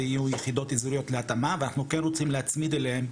זה יהיו יחידות אזוריות להתאמה ואנחנו כן רוצים להצמיד אליהם,